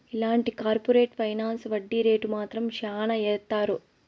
ఇలాంటి corporate finance వడ్డీ rate మాత్రం శ్యానా ఏత్తారు